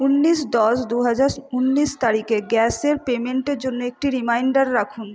উন্নিশ দশ দু হাজাস উন্নিশ তারিখে গ্যাসের পেমেন্টের জন্য একটি রিমাইন্ডার রাখুন